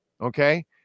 okay